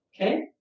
Okay